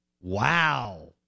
Wow